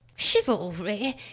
chivalry